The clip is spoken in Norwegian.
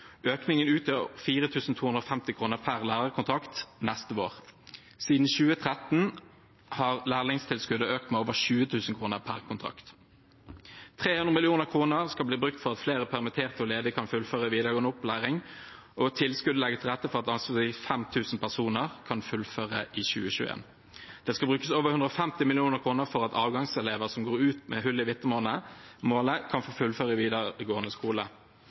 økningen utgjør 4 250 kr per lærekontrakt neste vår. Siden 2013 har lærlingtilskuddet økt med over 20 000 kr per kontrakt. 300 mill. kr skal bli brukt for at flere permitterte og ledige kan fullføre videregående opplæring, og tilskuddet legger til rette for at anslagsvis 5 000 personer kan fullføre i 2021. Det skal brukes over 150 mill. kr for at avgangselever som går ut med hull i vitnemålet, kan få fullføre videregående skole,